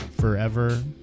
Forever